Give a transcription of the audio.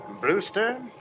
Brewster